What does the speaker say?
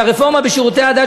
"האם הכוונה לרפורמה בשירותי הדת,